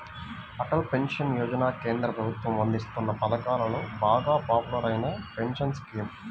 Atal pension Yojana కేంద్ర ప్రభుత్వం అందిస్తోన్న పథకాలలో బాగా పాపులర్ అయిన పెన్షన్ స్కీమ్